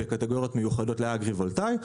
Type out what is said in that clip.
בקטגוריות מיוחדות לאגרי-וולטאי,